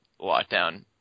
lockdown